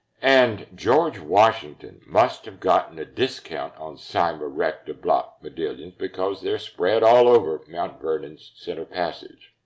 and george washington must have gotten a discount on cyma recta block modillions, because they're spread all over mount vernon's center passage.